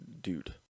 dude